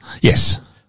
Yes